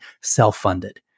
self-funded